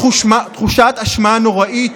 תחושת אשמה נוראית.